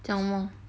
讲什么